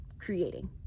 creating